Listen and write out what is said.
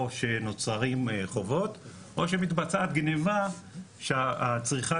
או שנוצרים חובות או שמתבצעת גניבה שהצריכה